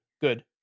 Good